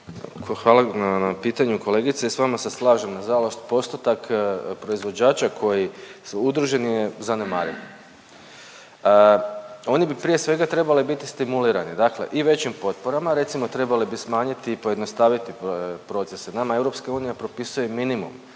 Hvala na pitanju kolegice i s vama se slažem, nažalost postotak proizvođača koji su udruženi je zanemariv. Oni bi prije svega trebali biti stimulirani, dakle i većim potporama, recimo, trebali bi smanjiti i pojednostaviti procese. Nama EU propisuje minimum,